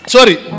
Sorry